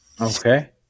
Okay